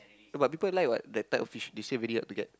but people like what the type of fish they say very hard to get